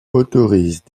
autorise